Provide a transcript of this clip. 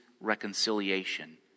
reconciliation